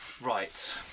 Right